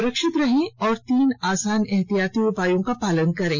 सुरक्षित रहें और तीन आसान उपायों का पालन करें